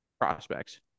prospects